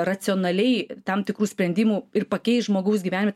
racionaliai tam tikrų sprendimų ir pakeis žmogaus gyvenime